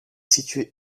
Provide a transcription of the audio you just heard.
situé